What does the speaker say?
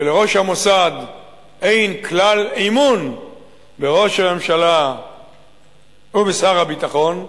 שלראש המוסד אין כלל אמון בראש הממשלה ובשר הביטחון,